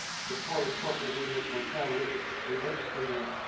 supportive corporate leaders, concerned religious religious leaders,